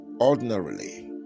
ordinarily